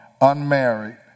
unmarried